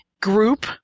group